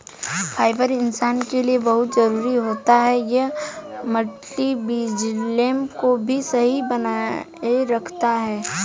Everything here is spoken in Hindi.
फाइबर इंसान के लिए बहुत जरूरी होता है यह मटबॉलिज़्म को भी सही बनाए रखता है